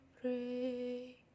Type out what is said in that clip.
pray